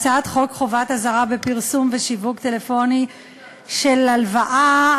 הצעת חוק חובת אזהרה בפרסום ושיווק טלפוני של הלוואה,